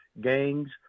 gangs